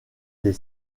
des